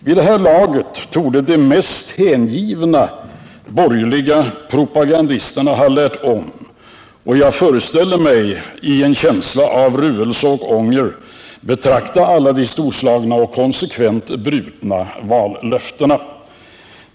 Vid detta laget torde även de mest hängivna borgerliga propagandisterna ha lärt om och — föreställer jag mig — i en känsla av ruelse och ånger betrakta alla de storslagna och konsekvent brutna vallöftena.